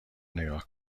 نگاه